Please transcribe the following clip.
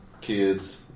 kids